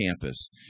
campus